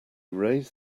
raise